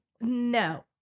No